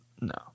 No